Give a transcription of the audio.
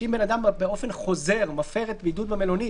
שאם בן אדם בה באופן חוזר מפר את הבידוד במלונית,